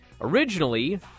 Originally